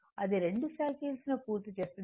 ఇది రెండు సైకిల్స్ను ను పూర్తి చేస్తుంది